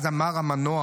אז אמר המנוח,